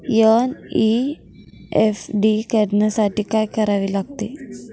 NEFT करण्यासाठी काय करावे लागते?